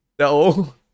No